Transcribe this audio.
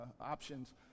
options